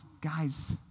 guys